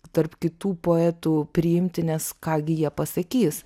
tarp kitų poetų priimti nes ką gi jie pasakys